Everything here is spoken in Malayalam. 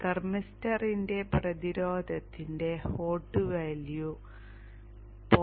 തെർമിസ്റ്ററിന്റെ പ്രതിരോധത്തിന്റെ ഹോട് വാല്യൂ 0